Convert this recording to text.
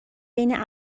بین